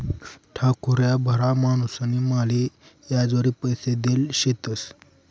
ठाकूर ह्या भला माणूसनी माले याजवरी पैसा देल शेतंस